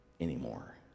anymore